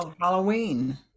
Halloween